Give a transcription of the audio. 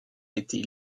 été